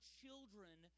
children